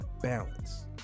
balance